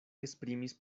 esprimis